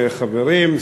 חברים,